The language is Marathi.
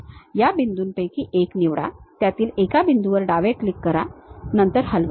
या बिंदूंपैकी एक निवडा त्यातील एका बिंदूवर डावे क्लिक करा नंतर हलवा